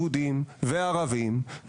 יהודים וערבים,